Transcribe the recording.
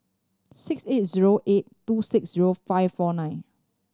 six eight zero eight two six zero five four nine